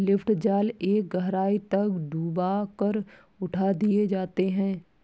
lift जाल एक गहराई तक डूबा कर उठा दिए जाते हैं